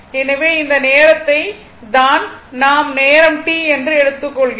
எனவே இந்த நேரத்தை தான் நாம் நேரம் T என்று எடுத்துக் கொள்கிறோம்